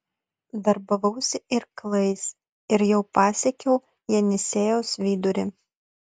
darbavausi irklais ir jau pasiekiau jenisiejaus vidurį